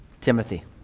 Timothy